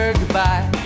goodbye